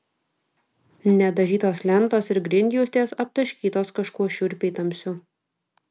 nedažytos lentos ir grindjuostės aptaškytos kažkuo šiurpiai tamsiu